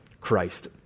Christ